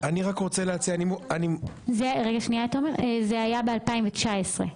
זה היה ב-2019.